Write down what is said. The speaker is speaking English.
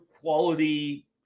quality